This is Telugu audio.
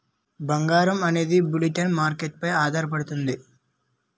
బంగారం అనేది బులిటెన్ మార్కెట్ పై ఆధారపడుతుంది